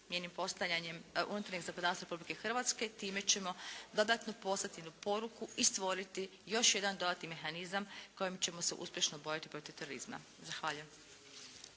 njenim postajanjem unutarnjeg zakonodavstva Republike Hrvatske time ćemo dodatno poslati jednu poruku i stvoriti još jedan dodatni mehanizam kojim ćemo se uspješno boriti protiv terorizma. Zahvaljujem.